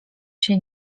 się